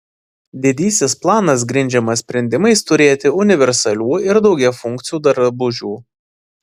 didysis planas grindžiamas sprendimais turėti universalių ir daugiafunkcių drabužių